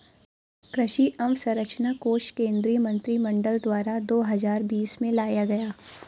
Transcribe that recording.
कृषि अंवसरचना कोश केंद्रीय मंत्रिमंडल द्वारा दो हजार बीस में लाया गया